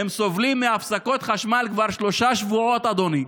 הם סובלים מהפסקות חשמל כבר שלושה שבועות, אדוני.